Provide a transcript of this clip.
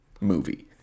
movie